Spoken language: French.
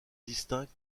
distinct